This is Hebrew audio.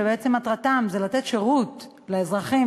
שבעצם מטרתם היא לתת שירות לאזרחים,